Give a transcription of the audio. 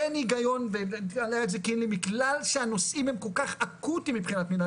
אין היגיון בגלל שהנושאים הם כל כך אקוטיים מבחינת מדינת